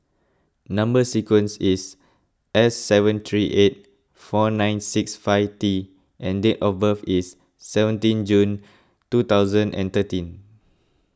Number Sequence is S seven three eight four nine six five T and date of birth is seventeen June two thousand and thirteen